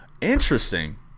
interesting